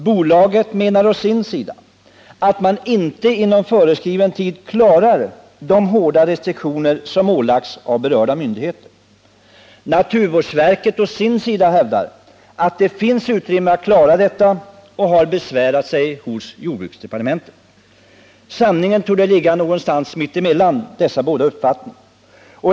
Bolaget å sin sida menar att man inom föreskriven tid inte klarar de hårda restriktioner som ålagts av berörda myndigheter. Naturvårdsverket å sin sida hävdar att det finns utrymme att klara detta och har besvärat sig hos jordbruksdepartementet. Sanningen torde ligga någonstans mitt emellan dessa båda uppfattningar.